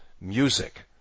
music